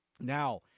now